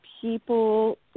people